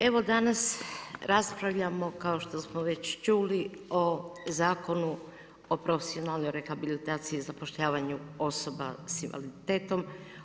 Evo danas raspravljamo kao što smo već čuli o Zakonu o profesionalnoj rehabilitaciji i zapošljavanju osoba s invaliditetom.